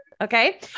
Okay